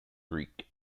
greek